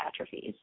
atrophies